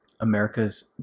America's